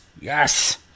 Yes